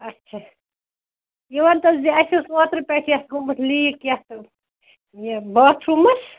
اَچھا یہِ ؤنۍ تَو زِ اَسہِ اوس اوترٕ پٮ۪ٹھ یَتھ گوٚمُت لیٖک یتھ یہ باتھ روٗمَس